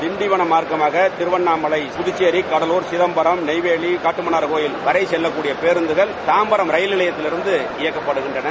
திண்டிவனம் மார்க்கமாக திரவண்ணாமலை புதச்சேரி கடலூர் சிதம்பாம் நெய்வேலி காட்டுமன்னார் கோவில் வரை செல்லக்கூடிய பேருந்தகள் தாம்பரம் ரயில் நிலையத்திலிருந்து இயக்கப்படுகின்றன